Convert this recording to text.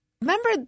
Remember